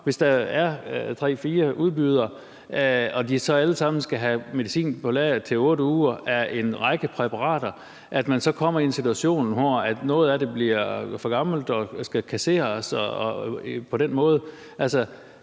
hvis der er tre-fire udbydere og de så alle sammen skal have medicin på lager til 8 uger i forhold til en række præparater, så kommer i en situation, hvor noget af det bliver for gammelt og på den måde